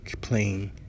playing